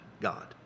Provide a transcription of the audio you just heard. God